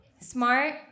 Smart